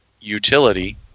utility